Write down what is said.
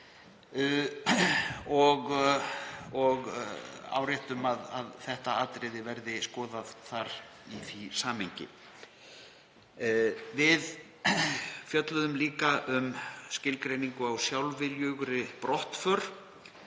Við áréttum að þetta atriði verði skoðað þar í því samhengi. Við fjölluðum líka um skilgreiningu á sjálfviljugri brottför.